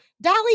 dolly